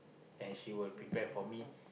and she will prepare for me